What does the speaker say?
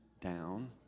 down